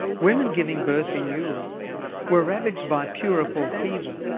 women giving birth in europe were ravaged by puerperal fever,